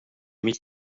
mig